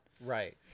right